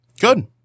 good